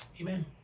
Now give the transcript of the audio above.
Amen